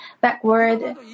backward